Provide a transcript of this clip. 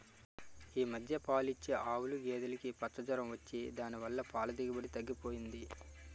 ఈ మధ్య పాలిచ్చే ఆవులు, గేదులుకి పచ్చ జొరం వచ్చి దాని వల్ల పాల దిగుబడి తగ్గిపోయింది